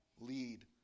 lead